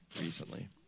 recently